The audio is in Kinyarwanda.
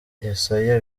yesaya